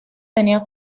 tenía